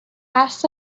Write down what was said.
قصد